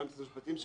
גם משרד המשפטים,